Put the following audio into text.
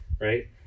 right